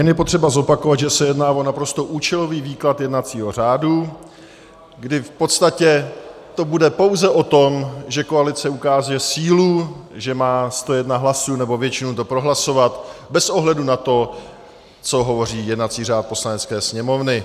Jen je potřeba zopakovat, že se jedná o naprosto účelový výklad jednacího řádu, kdy v podstatě to bude pouze o tom, že koalice ukáže sílu, že má 101 hlasů, nebo většinu to prohlasovat bez ohledu na to, co hovoří jednací řád Poslanecké sněmovny.